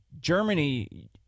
Germany